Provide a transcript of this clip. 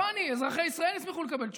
לא אני, אזרחי ישראל ישמחו לקבל תשובה.